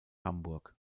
hamburg